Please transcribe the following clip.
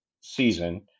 season